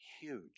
huge